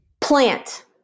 Plant